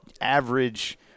average